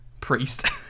Priest